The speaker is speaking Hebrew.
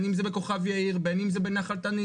בין אם זה בכוכב יאיר, בין אם זה בנחל תנינים.